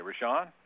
Rashawn